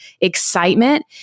excitement